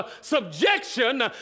subjection